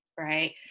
right